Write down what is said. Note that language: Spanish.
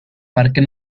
parque